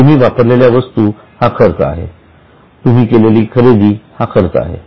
तुम्ही वापरलेल्या वस्तू हा खर्च आहे तुम्ही केलेली खरेदी हा खर्च आहे